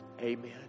amen